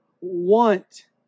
want